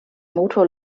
motor